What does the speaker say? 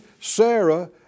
Sarah